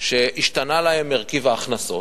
שהשתנה להם רכיב ההכנסות,